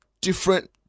different